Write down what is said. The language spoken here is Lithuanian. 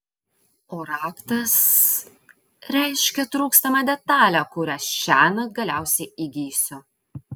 o raktas reiškia trūkstamą detalę kurią šiąnakt galiausiai įgysiu